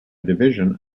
division